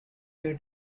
their